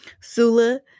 Sula